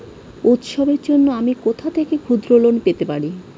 উৎসবের জন্য আমি কোথা থেকে ক্ষুদ্র লোন পেতে পারি?